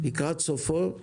לקראת סופו,